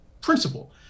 principle